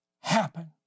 happen